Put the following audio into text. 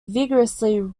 vigorously